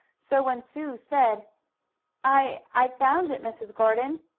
so when sue said i found it, mrs. gordon!